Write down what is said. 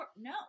No